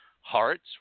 Hearts